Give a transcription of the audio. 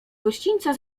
gościńca